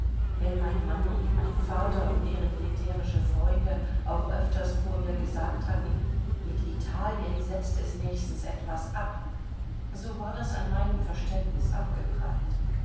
wenn mein mann und mein vater und deren militärische freunde auch öfters vor mir gesagt hatten mit italien setzt es nächstens etwas ab so war das an meinem verständnis abgeprallt